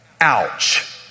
Ouch